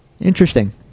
Interesting